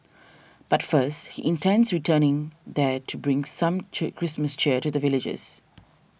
but first he intends returning there to bring some Christmas cheer to the villagers